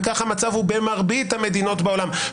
וכך המצב הוא במרבית המדינות בעולם,